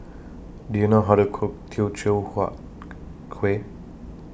Do YOU know How to Cook Teochew Huat Kuih